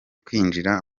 kwinjira